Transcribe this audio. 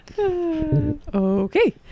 Okay